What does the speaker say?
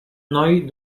noi